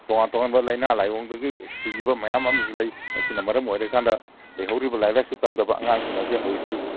ꯇꯣꯉꯥꯟ ꯇꯣꯉꯥꯟꯕ ꯂꯩꯅꯥ ꯂꯥꯏꯑꯣꯡꯗꯒꯤ ꯁꯤꯈꯤꯕ ꯃꯌꯥꯝ ꯑꯃꯁꯨ ꯂꯩ ꯃꯁꯤꯅ ꯃꯔꯝ ꯑꯣꯏꯔꯀꯥꯟꯗ ꯂꯩꯍꯧꯔꯤꯕ ꯂꯥꯏꯔꯤꯛ ꯂꯥꯏꯁꯨ ꯇꯝꯗꯕ ꯑꯉꯥꯡꯁꯤꯡ ꯑꯁꯦ ꯍꯧꯖꯤꯛꯇꯤ